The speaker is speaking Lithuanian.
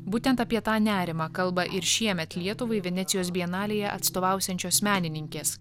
būtent apie tą nerimą kalba ir šiemet lietuvai venecijos bienalėje atstovausiančios menininkės